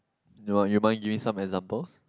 no ah you mind giving some examples